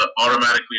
automatically